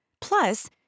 Plus